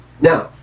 Now